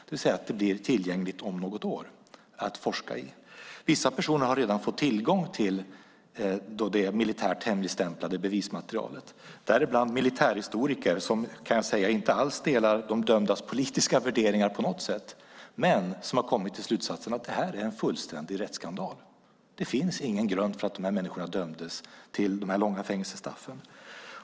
Det blir tillgängligt om något år att forska i. Vissa personer har redan fått tillgång till det militärt hemligstämplade bevismaterialet, däribland finns militärhistoriker som inte alls delar de dömdas politiska värderingar på något sätt. De har kommit till slutsatsen att detta är en fullständig rättsskandal. Det finns ingen grund för att dessa människor dömdes till de långa fängelsestraffen.